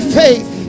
faith